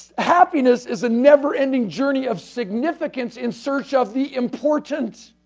happiness is a never ending journey of significance in search of the importance.